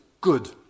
good